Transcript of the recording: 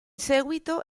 seguito